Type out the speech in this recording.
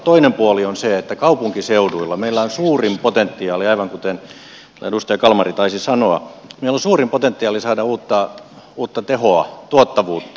toinen puoli on se että kaupunkiseuduilla meillä on suurin potentiaali aivan kuten edustaja kalmari taisi sanoa saada uutta tehoa tuottavuutta